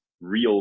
real